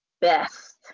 best